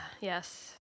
Yes